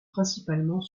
principalement